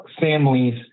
families